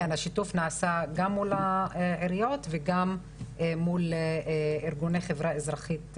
השיתוף נעשה גם מול העיריות וגם מול ארגוני חברה אזרחית פעילים,